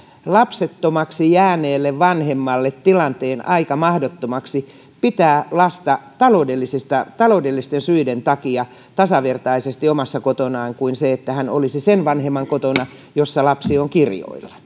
lapsettomaksi jääneelle vanhemmalle tilanteen aika mahdottomaksi pitää lasta taloudellisten syiden takia tasavertaisesti omassa kodissaan verrattuna siihen että hän olisi sen vanhemman kotona jonka luona lapsi on kirjoilla